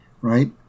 right